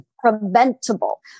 Preventable